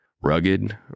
Rugged